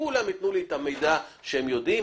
אולי כולם יתנו לי את המידע שהם יודעים,